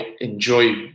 enjoy